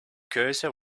keuze